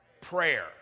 prayer